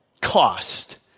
cost